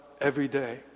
everyday